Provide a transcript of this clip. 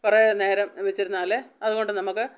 കുറേ നേരം വെച്ചിരുന്നാൽ അതുകൊണ്ട് നമുക്ക്